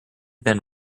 than